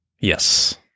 yes